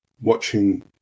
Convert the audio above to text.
watching